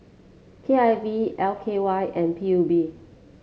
K I V L K Y and P U B